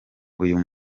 uyu